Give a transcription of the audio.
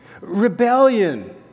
Rebellion